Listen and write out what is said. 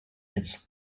its